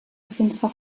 sense